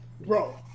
bro